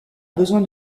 besoin